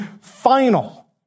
final